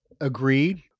Agreed